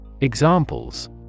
Examples